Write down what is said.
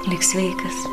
lik sveikas